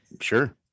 Sure